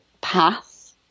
path